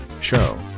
Show